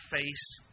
face